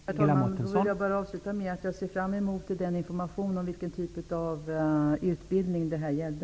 Herr talman! Jag vill bara avsluta med att jag ser fram emot information om vilken typ av utbildning det här gällde.